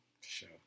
Sure